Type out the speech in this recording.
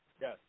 Yes